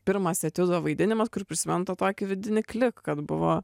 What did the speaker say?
pirmas etiudo vaidinimas kur prsimenu tą tokį vidinį klik kad buvo